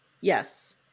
Yes